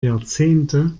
jahrzehnte